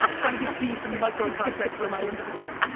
um trying to give d some micro-content for my instagram.